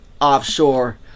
offshore